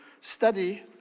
study